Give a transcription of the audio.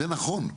זה נכון.